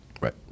Right